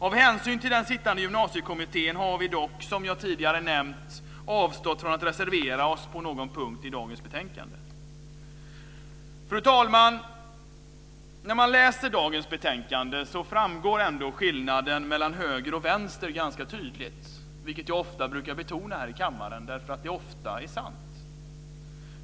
Av hänsyn till den sittande Gymnasiekommittén har vi dock, som jag tidigare nämnt, avstått från att reservera oss på någon punkt i dagens betänkande. Fru talman! När man läser dagens betänkande framgår skillnaden mellan höger och vänster ganska tydligt. Det brukar jag ofta betona här i kammaren eftersom det ofta är sant.